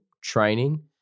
training